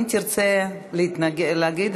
אם תרצה להגיב,